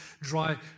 dry